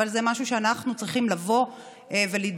אבל זה משהו שאנחנו צריכים לבוא ולדרוש.